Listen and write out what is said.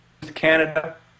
Canada